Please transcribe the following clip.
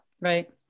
Right